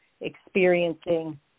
experiencing